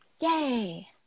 Yay